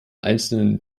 einzelnen